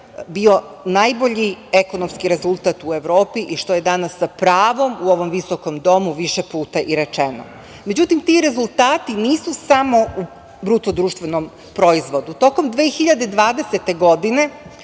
bio najbolji ekonomski rezultat u Evropi i što je danas sa pravom u ovom visokom domu više puta i rečeno.Međutim, ti rezultati nisu samo u BDP. Tokom 2020. godine